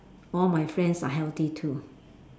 all my friends are healthy too